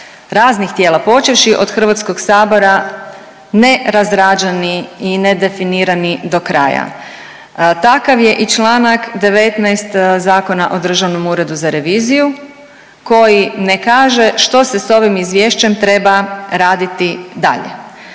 raznih tijela, počevši od HS-a ne razrađeni i nedefinirani do kraja. Takav je i čl. 19. o Državnom uredu za reviziju koji ne kaže što se s ovim izvješćem treba raditi dalje,